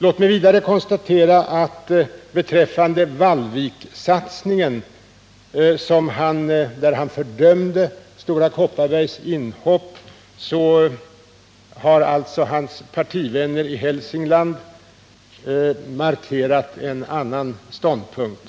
Låt mig vidare konstatera att beträffande Vallvikssatsningen, där han fördömde Stora Kopparbergs inhopp, har hans partivänner i Hälsingland en annan ståndpunkt.